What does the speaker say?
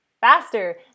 Faster